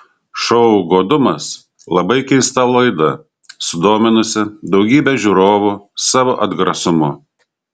šou godumas labai keista laida sudominusi daugybę žiūrovu savo atgrasumu